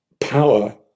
power